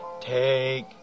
take